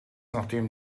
nachdem